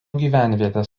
gyvenvietės